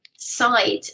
side